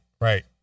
Right